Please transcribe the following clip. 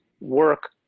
work